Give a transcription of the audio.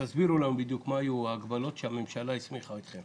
תסבירו לנו בדיוק מה היו ההגבלות שהממשלה הסמיכה אתכם